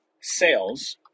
sales